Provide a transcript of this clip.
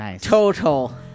total